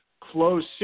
close